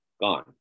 gone